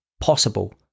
possible